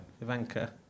Ivanka